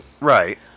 Right